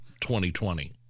2020